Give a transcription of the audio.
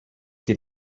die